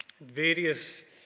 various